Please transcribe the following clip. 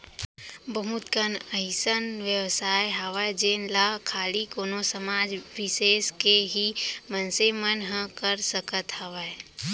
बहुत कन अइसन बेवसाय हावय जेन ला खाली कोनो समाज बिसेस के ही मनसे मन ह कर सकत हावय